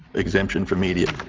exemption from media,